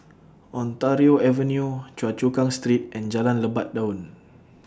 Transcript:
Ontario Avenue Choa Chu Kang Street and Jalan Lebat Daun